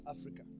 Africa